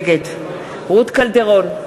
נגד רות קלדרון,